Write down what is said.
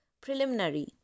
Preliminary